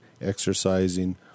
exercising